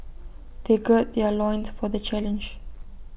they gird their loins for the challenge